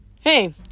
Hey